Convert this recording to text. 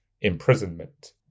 imprisonment